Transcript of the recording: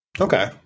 Okay